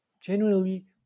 genuinely